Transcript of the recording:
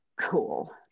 Cool